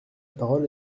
parole